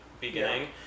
beginning